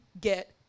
get